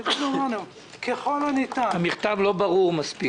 שבהן אמרנו: ככל הניתן --- המכתב לא ברור מספיק.